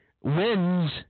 wins